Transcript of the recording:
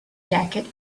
jacket